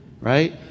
right